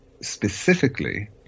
specifically